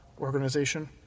organization